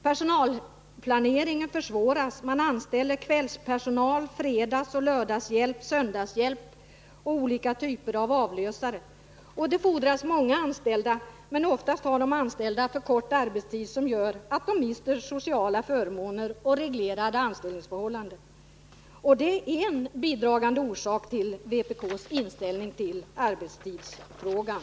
Personalplaneringen försvåras. Man anställer kvällspersonal, fredagsoch lördagshjälp, söndagshjälp och olika typer av avlösare. Det fordras många anställda, men ofta har de anställda så kort arbetstid att de mister sociala förmåner och reglerade anställningsförhållanden. Det är en bidragande orsak till vpk:s inställning till arbetstidsfrågan.